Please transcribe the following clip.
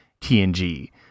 TNG